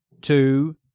two